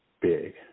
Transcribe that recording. big